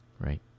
Right